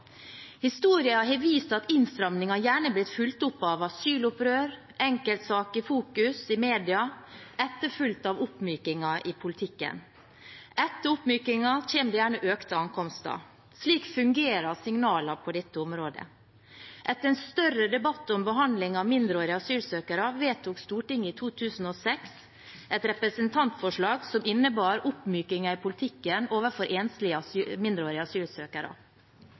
har vist at innstramminger gjerne har blitt fulgt opp av asylopprør, enkeltsaker i fokus i media, etterfulgt av oppmykinger i politikken. Etter oppmykinger kommer det gjerne økte ankomster. Slik fungerer signalene på dette området. Etter en større debatt om behandlingen av mindreårige asylsøkere vedtok Stortinget i 2006 et representantforslag som innebar oppmykinger i politikken overfor enslige mindreårige asylsøkere.